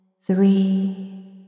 three